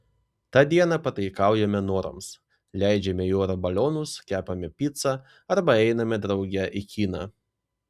tą dieną pataikaujame norams leidžiame į orą balionus kepame picą arba einame drauge į kiną